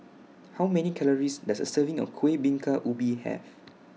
How Many Calories Does A Serving of Kuih Bingka Ubi Have